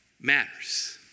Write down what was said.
matters